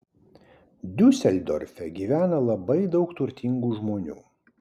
diuseldorfe gyvena labai daug turtingų žmonių